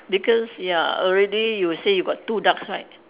because ya already you say you got two ducks right